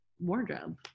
wardrobe